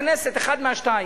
הכנסת, אחת מהשתיים: